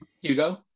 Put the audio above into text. Hugo